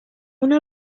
una